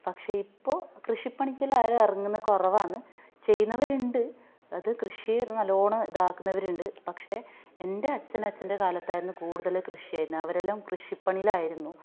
പക്ഷേയിപ്പോൾ കൃഷിപ്പണിക്കെല്ലാം ആളെറങ്ങുന്നത് കുറവാന്ന് ചെയ്യുന്നവരുണ്ട് അത് കൃഷി നല്ലോണം ഇതാക്കുന്നവരുണ്ട് പക്ഷേ എന്റെ അച്ഛനച്ഛന്റെ കാലത്തായിരുന്നു കൂടുതൽ കൃഷി ചെയ്യുന്നത് അവരെല്ലാം കൃഷിപ്പണിയിലായിരുന്നു